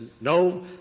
no